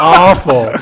awful